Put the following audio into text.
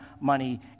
money